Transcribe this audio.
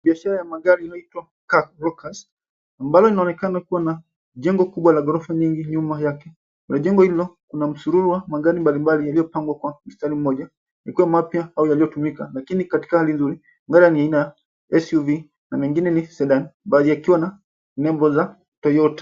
Biashara ya magari inayoitwa car brokers ambayo inaonekana kuwa na jengo kubwa la ghorofa nyinyi za ghorofa nyuma yake. Mbele ya jengo hilo kuna msururu wa magari mbalimbali yaliyopangwa kwa mstari mmoja yakiwa mapya au yaliyotumika lakini katika hali nzuri. Magari haya ni aina ya SUV na mengine ni sedan, baadhi yakiwa na nembo za Toyota.